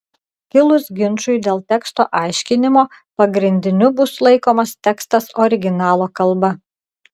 kilus ginčui dėl teksto aiškinimo pagrindiniu bus laikomas tekstas originalo kalba